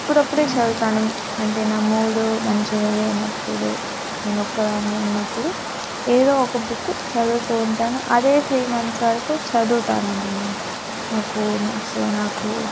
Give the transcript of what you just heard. అప్పుడప్పుడు చదువుతాను అంటే నా మూడు మంచిగా లేనప్పుడు నేను ఒక్క దాన్ని ఉన్నప్పుడు ఏదో ఒక బుక్ చదువుతు ఉంటాను అదే త్రీ మంత్స్ వరకు చదువుతాను అన్నమాట నాకు నా సో నాకు